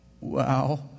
Wow